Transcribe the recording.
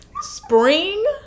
Spring